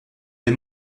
des